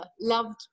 loved